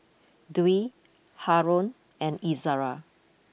Dwi Haron and Izzara